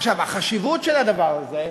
עכשיו, החשיבות של הדבר הזה,